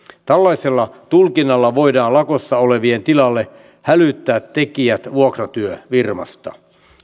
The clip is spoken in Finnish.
tällaisella tulkinnalla voidaan lakossa olevien tilalle hälyttää tekijät vuokratyöfirmasta